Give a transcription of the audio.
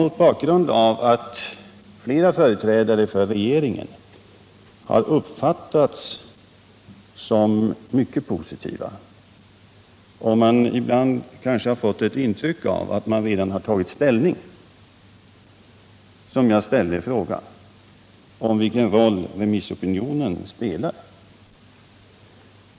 Mot bakgrund av att flera företrädare för regeringen uppfattats som mycket positiva — ja, t.o.m. att de redan tagit ställning — ställde jag frågan om remissopinionens roll.